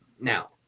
now